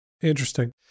Interesting